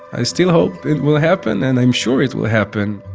i still hope it will happen and i'm sure it will happen